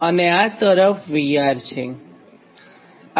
અને આ તરફ VR છે